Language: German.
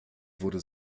wurde